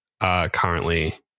currently